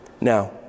Now